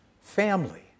family